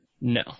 No